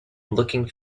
looking